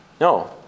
No